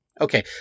okay